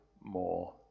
more